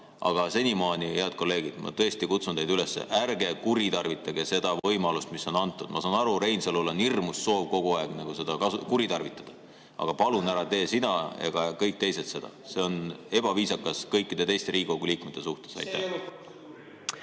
Aga senimaani, head kolleegid, ma tõesti kutsun teid üles: ärge kuritarvitage seda võimalust, mis on antud. Ma saan aru, Reinsalul on hirmus soov kogu aeg seda kuritarvitada. Aga palun ära tee seda sina ja ärge tehke ka kõik teised. See on ebaviisakas kõikide teiste Riigikogu liikmete suhtes. Aitäh!